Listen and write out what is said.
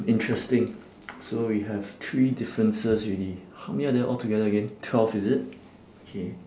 interesting so we have three differences already how many are there altogether again twelve is it okay